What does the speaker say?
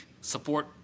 support